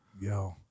Yo